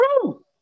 true